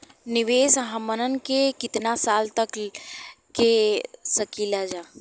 निवेश हमहन के कितना साल तक के सकीलाजा?